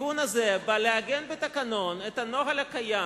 התיקון הזה בא לעגן בתקנון את הנוהל הקיים,